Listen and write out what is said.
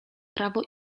prawo